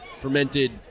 fermented